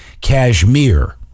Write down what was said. Kashmir